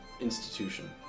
institution